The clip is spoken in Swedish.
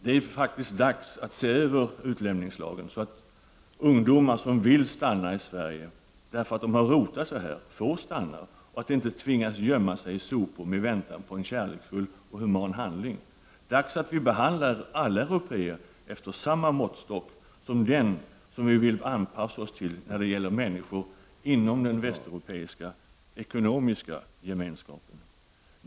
Det är faktiskt dags att se över utlämningslagen så att ungdomar som vill stanna i Sverige, därför att de har rotat sig här, får stanna och inte tvingas gömma sig i soprum i väntan på en kärleksfull och human handling. Det är dags att vi behandlar alla européer efter samma måttstock som den som vi vill anpassa oss till när det gäller människor inom den västeuropeiska ekonomiska gemenskapen.